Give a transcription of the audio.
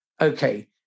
Okay